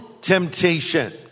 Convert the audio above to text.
temptation